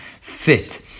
fit